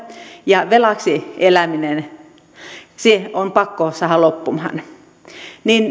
ja velaksi eläminen on pakko saada loppumaan niin